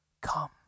Come